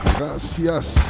Gracias